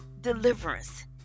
deliverance